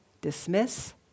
dismiss